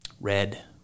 Red